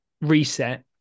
reset